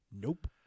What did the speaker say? Nope